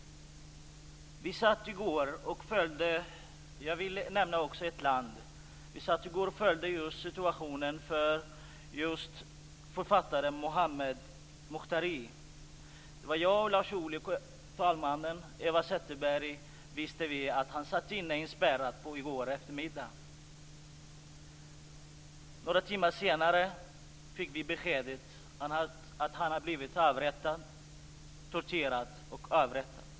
Jag vill också nämna ett land. I går satt vi och följde situationen för författaren Mohammad Moukthari. Det var jag, Lars Ohly och Eva Zetterberg. I går eftermiddag visste vi att han satt inspärrad. Några timmar senare fick vi beskedet att han hade blivit torterad och avrättad.